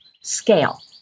scale